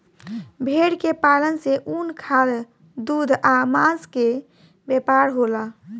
भेड़ के पालन से ऊन, खाद, दूध आ मांस के व्यापार होला